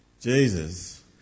Jesus